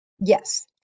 Yes